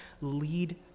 lead